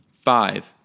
Five